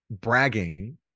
bragging